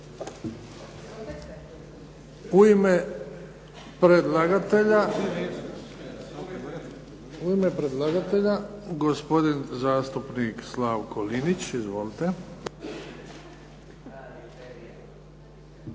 U ime predlagatelja, gospodin zastupnik Slavko Linić. Izvolite.